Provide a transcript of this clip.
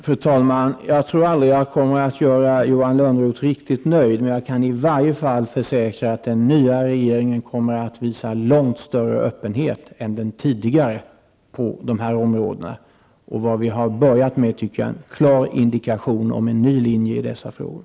Fru talman! Jag tror aldrig att jag kommer att göra Johan Lönnroth riktigt nöjd, men jag kan i varje fall försäkra att den nya regeringen kommer att visa långt större öppenhet än den tidigare på de här områdena. Vad vi har börjat med tycker jag är en klar indikation om en ny linje i dessa frågor.